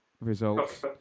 results